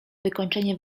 wykończenie